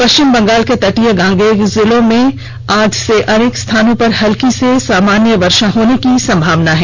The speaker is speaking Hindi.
पश्चिम बंगाल के तटीय गांगेय जिलों में आज से अनेक स्थानों पर हल्की से सामान्यत वर्षा होने की संभावना है